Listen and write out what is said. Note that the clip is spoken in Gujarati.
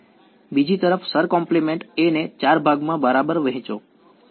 બીજી તરફ શર કોમ્પ્લિમેંટ A ને 4 ભાગ વહેચો બરાબર